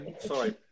Sorry